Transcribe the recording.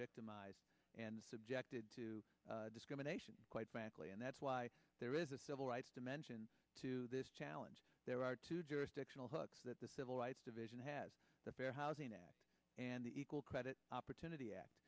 victimized and subjected to discrimination quite frankly and that's why there is a civil rights dimension to this challenge there are two jurisdictional hooks that the civil rights division has the fair housing act and the equal credit opportunity act